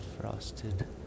Frosted